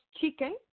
chicken